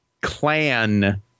clan